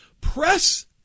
press